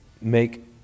make